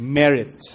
merit